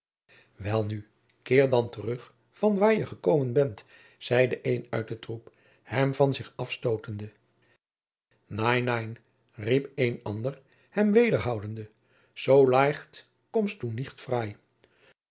welnu keer dan terug van waar je gekomen bent zeide een uit de troep hem van zich afstotende nein nein riep een ander hem wederhoudende so leicht komst